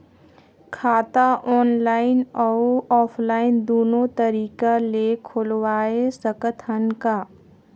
खाता ऑनलाइन अउ ऑफलाइन दुनो तरीका ले खोलवाय सकत हन का?